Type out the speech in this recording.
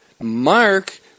Mark